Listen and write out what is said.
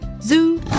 Zoo